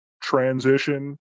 transition